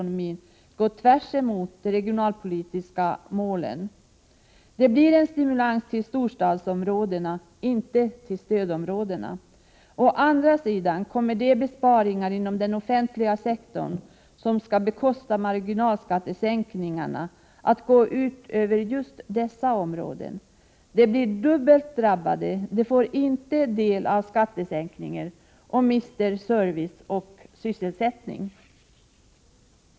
nomin att gå tvärtemot de regionalpolitiska målen. Det blir en stimulans till storstadsområdena, inte till stödområdena. Å andra sidan kommer de besparingar inom den offentliga sektorn som skall bekosta marginalskattesänkningarna att gå ut över just dessa områden. De blir dubbelt drabbade. De får inte del av skattesänkningen och mister service och sysselsättning.